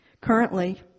Currently